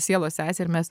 sielos sesė ir mes